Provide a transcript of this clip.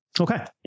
Okay